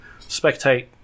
spectate